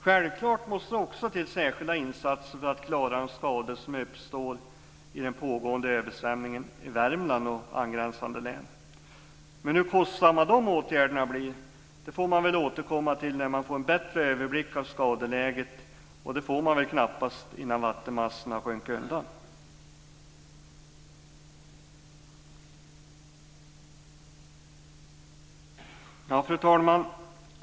Självklart måste det också till särskilda insatser för att klara de skador som uppstår i samband med den pågående översvämningen i Värmland och angränsande län. Hur kostsamma de åtgärderna blir får man återkomma till när man får en bättre överblick av skadeläget, och det får man knappast innan vattenmassorna sjunkit undan. Fru talman!